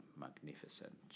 magnificent